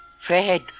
Fred